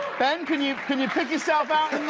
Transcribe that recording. ben, can you can you pick yourself out